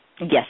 Yes